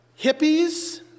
hippies